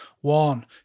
One